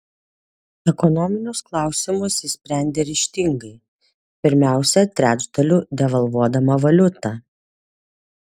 ekonominius klausimus ji sprendė ryžtingai pirmiausia trečdaliu devalvuodama valiutą